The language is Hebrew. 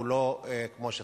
הוא לא כמו שצריך.